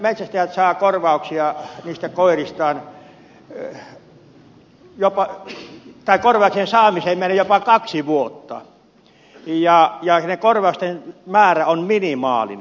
nythän metsästäjät saavat korvauksia niistä koiristaan mutta korvauksen saamiseen menee jopa kaksi vuotta ja niiden korvausten määrä on minimaalinen